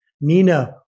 Nina